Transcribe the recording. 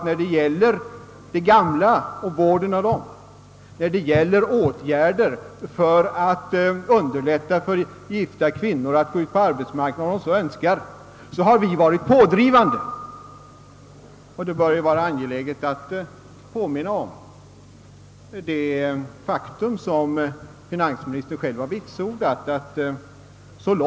När det gäller vården av de gamla och när det gäller åtgärder för att underlätta för gifta kvinnor att gå ut på arbetsmarknaden har vi varit pådrivande. Och vi har aldrig vägrat att ställa skattemedel till förfogande för detta ändamål.